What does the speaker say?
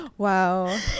wow